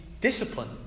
discipline